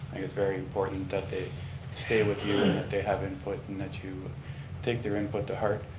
think it's very important that they stay with you and that they have input and that you take their input to heart.